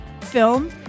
film